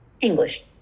English